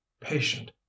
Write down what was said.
patient